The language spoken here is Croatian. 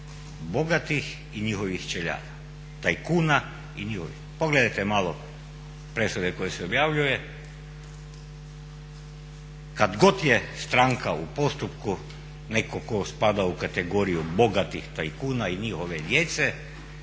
bogatih i njihovih čeljadi, tajkuna i njihovih. Pogledajte malo presude koje se objavljuju kad god je stranka u postupku netko tko spada u kategoriju bogatih tajkuna i njihove djece